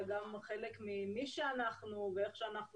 אלא גם חלק ממי שאנחנו ואיך שאנחנו